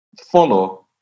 follow